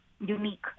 unique